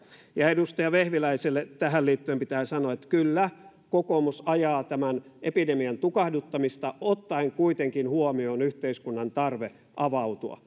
edustaja vehviläiselle tähän liittyen pitää sanoa että kyllä kokoomus ajaa tämän epidemian tukahduttamista ottaen kuitenkin huomioon yhteiskunnan tarpeen avautua